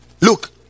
Look